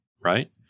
Right